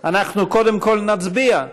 אנחנו קודם כול נצביע,